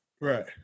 Right